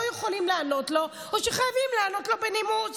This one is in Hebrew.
יכולים לענות לו או שחייבים לענות לו בנימוס,